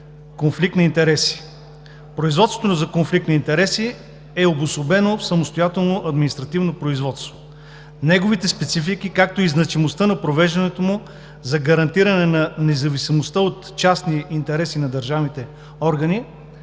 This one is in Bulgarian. „Конфликт на интереси”. Производството за конфликт на интереси е обособено в самостоятелно административно производство. Неговите специфики, както и значимостта на провеждането му за гарантиране на независимостта от частни интереси на държавните органи,